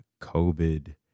COVID